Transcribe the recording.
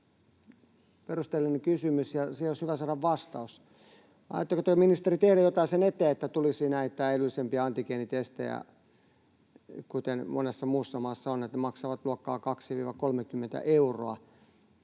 perusteellinen kysymys, ja siihen olisi hyvä saada vastaus. Aiotteko te, ministeri, tehdä jotain sen eteen, että tulisi näitä edullisempia antigeenitestejä, kuten monessa muussa maassa on, jotka maksavat luokkaa 20—30 euroa?